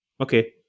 Okay